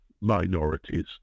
minorities